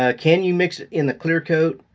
ah can you mix in the clearcoat?